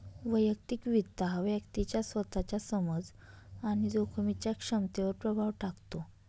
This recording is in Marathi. वैयक्तिक वित्त हा व्यक्तीच्या स्वतःच्या समज आणि जोखमीच्या क्षमतेवर प्रभाव टाकतो